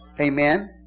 Amen